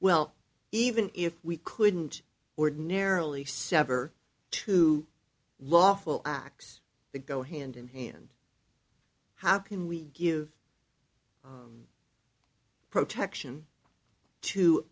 well even if we couldn't ordinarily sever to lawful acts that go hand in hand how can we give protection to